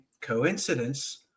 coincidence